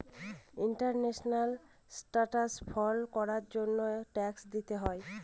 international standard follow করার জন্য tax দিতে হয়